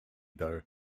though